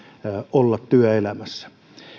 olla työelämässä